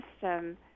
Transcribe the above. system